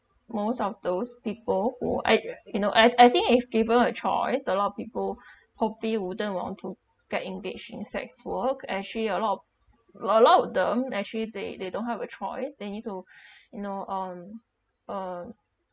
most of those people who I you know I I think if given a choice a lot of people probably wouldn't want to get engaged in sex work actually a lot of a lot of them actually they they don't have a choice they need to you know um uh